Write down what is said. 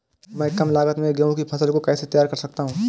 मैं कम लागत में गेहूँ की फसल को कैसे तैयार कर सकता हूँ?